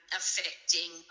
affecting